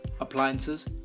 appliances